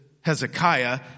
Hezekiah